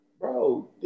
Bro